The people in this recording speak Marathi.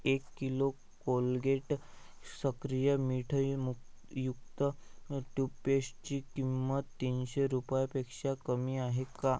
एक किलो कोलगेट सक्रिय मीठयुमयुक्त टूथपेस्टची किंमत तीनशे रुपयापेक्षा कमी आहे का